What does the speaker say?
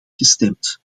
gestemd